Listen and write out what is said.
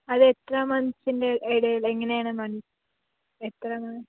അത് എത്ര മന്ത്സിൻ്റെ ഇടയിലാണ് എങ്ങനെയാണ്